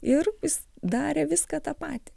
ir jis darė viską tą patį